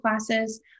classes